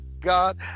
God